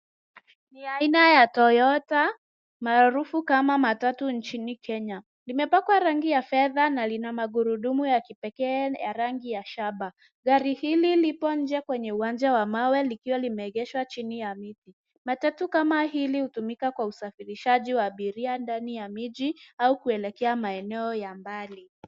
Ni aina ya Toyota maarufu kama matatu nchini Kenya. Limepakwa rangi ya fedha na lina magurudumu ya kipekee ya rangi ya shaba. Gari hili lipo nje kwenye uwanja wa mawe, likiwa limeegeshwa chini ya mti. Matatu hili hutumika kwa usafirishaji wa abiria ndani ya miji au kuelekea maeneo ya mbali.